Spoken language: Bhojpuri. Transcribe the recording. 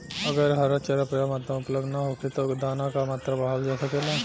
अगर हरा चारा पर्याप्त मात्रा में उपलब्ध ना होखे त का दाना क मात्रा बढ़ावल जा सकेला?